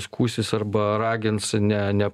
skųsis arba ragins ne ne